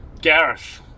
Gareth